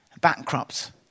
bankrupt